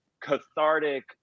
cathartic